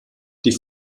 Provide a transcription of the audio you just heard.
die